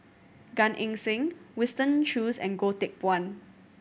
Gan Eng Seng Winston Choos and Goh Teck Phuan